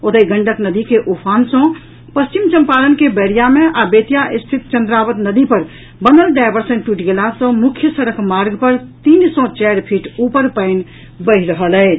ओतहि गंडक नदी के उफान सँ पश्चिम चंपारण के बैरिया मे आ बेतिया स्थित चंद्रावत नदी पर बनल डायवर्सन टूटि गेला सँ मुख्य सड़क मार्ग पर तीन सँ चारि फीट ऊपर पानि बहि रहल अछि